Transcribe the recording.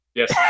Yes